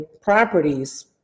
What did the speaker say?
properties